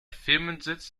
firmensitz